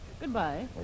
Goodbye